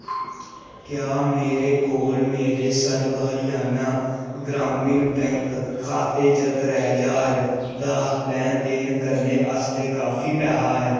क्या मेरे कोल मेरे सर्व हरियाणा ग्रामीण बैंक खाते च त्रै ज्हार दा लैन देन करने आस्तै काफी पैहा ऐ